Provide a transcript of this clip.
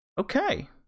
Okay